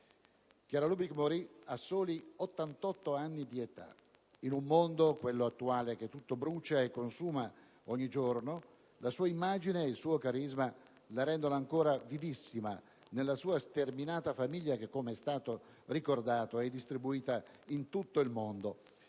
Chiara Lubich è morta a 88 anni di età. In un mondo come quello attuale, che tutto brucia e consuma ogni giorno, la sua immagine e il suo carisma la rendono ancora vivissima nella sua sterminata famiglia che, come ricordato, è distribuita in tutto il mondo.